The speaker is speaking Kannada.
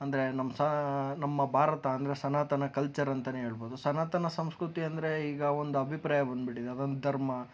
ಅಂದರೆ ನಮ್ಮ ಸ ನಮ್ಮ ಭಾರತ ಅಂದರೆ ಸನಾತನ ಕಲ್ಚರ್ ಅಂತಲೇ ಹೇಳ್ಬೋದು ಸನಾತನ ಸಂಸ್ಕ್ರತಿ ಅಂದರೆ ಈಗ ಒಂದು ಅಭಿಪ್ರಾಯ ಬಂದ್ಬಿಟ್ಟಿದೆ ಅದೊಂದು ಧರ್ಮ